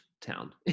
town